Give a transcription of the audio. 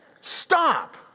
stop